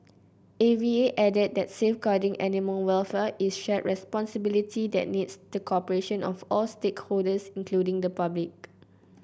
A V A added that safeguarding animal welfare is a shared responsibility that needs the cooperation of all stakeholders including the public